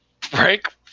Frank